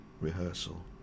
rehearsal